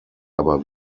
aber